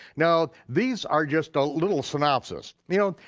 now, these are just a little synopsis. you know,